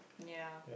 ya